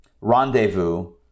rendezvous